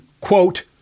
quote